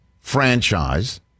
franchise